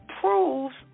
proves